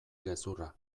gezurra